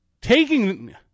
Taking